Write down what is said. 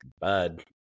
Bud